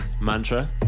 Mantra